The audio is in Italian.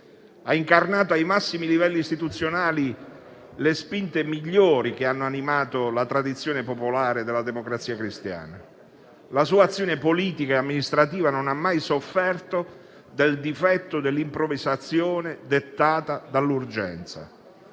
Ha incarnato ai massimi livelli istituzionali le spinte migliori che hanno animato la tradizione popolare della Democrazia Cristiana. La sua azione politica e amministrativa non ha mai sofferto del difetto dell'improvvisazione dettata dall'urgenza.